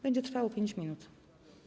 Będzie trwało 5 minut.